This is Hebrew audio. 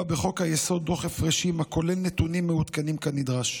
בחוק-היסוד דוח הפרשים הכולל נתונים מעודכנים כנדרש,